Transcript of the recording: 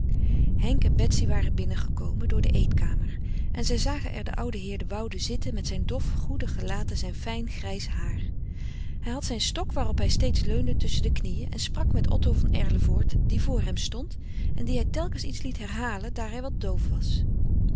henk en betsy waren binnengekomen door de eetkamer en zij zagen er den ouden heer de woude zitten met zijn dof goedig gelaat en zijn fijn grijs haar hij had zijn stok waarop hij steeds leunde tusschen de knieën en sprak met otto van erlevoort die voor hem stond en dien hij telkens iets liet herhalen daar hij wat doof was